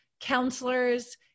counselors